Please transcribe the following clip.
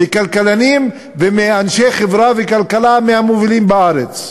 מכלכלנים ואנשי חברה וכלכלה מהמובילים בארץ.